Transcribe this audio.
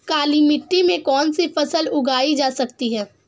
काली मिट्टी में कौनसी फसल उगाई जा सकती है?